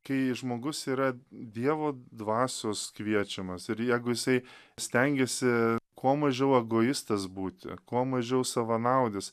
kai žmogus yra dievo dvasios kviečiamas ir jegu jisai stengiasi kuo mažiau egoistas būti kuo mažiau savanaudis